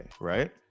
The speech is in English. right